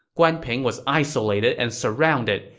guan ping was isolated and surrounded.